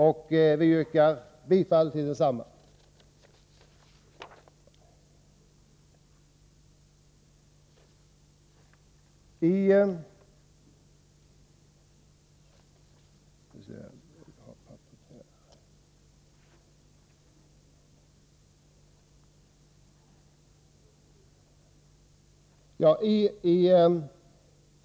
Jag yrkar bifall till propositionens förslag i denna del.